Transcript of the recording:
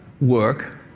work